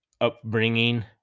upbringing